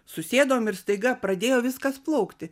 susėdom ir staiga pradėjo viskas plaukti